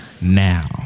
Now